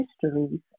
histories